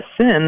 sin